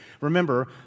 Remember